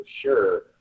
sure